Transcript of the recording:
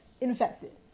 infected